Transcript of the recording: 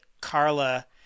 Carla